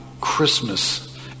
christmas